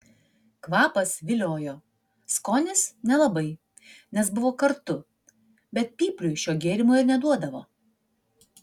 kvapas viliojo skonis nelabai nes buvo kartu bet pypliui šio gėrimo ir neduodavo